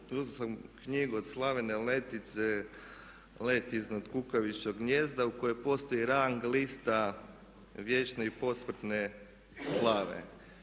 uzeo sam knjigu od Slavena Letice "Let iznad kukavičjeg gnijezda" u kojem postoji rang lista vječne i posmrtne slave.